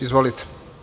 Izvolite.